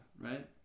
right